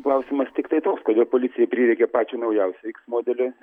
klausimas tiktai toks kodėl policijai prireikė pačio naujausio iks modelio